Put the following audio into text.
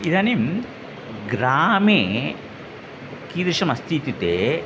इदानीं ग्रामे कीदृशम् अस्ति इत्युक्ते